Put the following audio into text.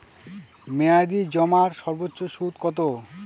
মেয়াদি জমার সর্বোচ্চ সুদ কতো?